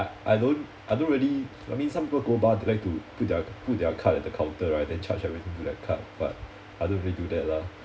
I don't I don't really I mean some people go bar like to put their put their card at the counter right then charge everything to that card but I don't really do that lah